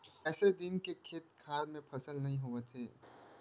कइसे दिन के दिन खेत खार म फसल नइ होवत हे